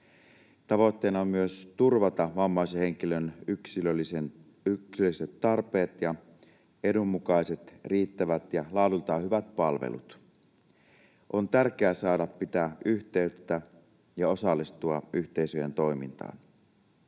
Tavoitteena on myös turvata vammaisen henkilön yksilölliset tarpeet ja edun mukaiset riittävät ja laadultaan hyvät palvelut. On tärkeää saada pitää yhteyttä ja osallistua yhteisöjen toimintaan.